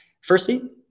Firstly